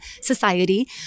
society